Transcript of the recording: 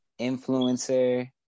influencer